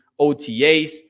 OTAs